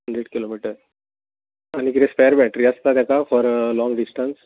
hundred kilometre आनी कितें spare battery आसता ताका फॉर लाँग डिस्टंस